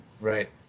Right